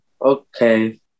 Okay